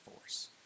force